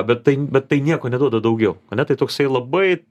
bet tai bet tai nieko neduoda daugiau ane tai toksai labai